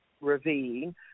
ravine